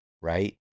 right